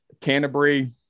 Canterbury